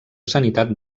sanitat